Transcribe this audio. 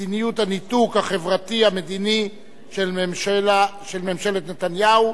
מדיניות הניתוק החברתי והמדיני של ממשלת נתניהו.